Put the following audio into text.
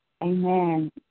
Amen